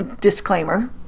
disclaimer